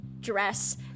dress